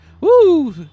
Woo